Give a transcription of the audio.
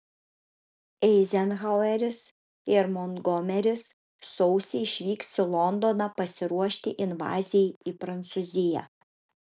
eizenhaueris ir montgomeris sausį išvyks į londoną pasiruošti invazijai į prancūziją